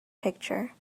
picture